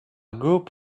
group